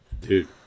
dude